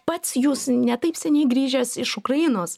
pats jūs ne taip seniai grįžęs iš ukrainos